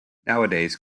nowadays